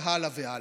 והלאה והלאה.